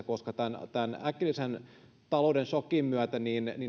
koska tämän äkillisen talouden sokin myötä